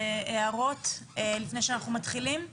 הערות לפני שאנחנו מתחילים?